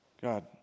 God